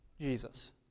Jesus